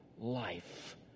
life